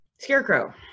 Scarecrow